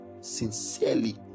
sincerely